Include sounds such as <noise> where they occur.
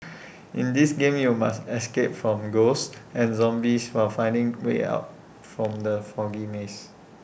<noise> in this game you must escape from ghosts and zombies while finding way out from the foggy maze